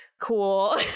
cool